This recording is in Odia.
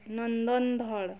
ନନ୍ଦନ ଧଳ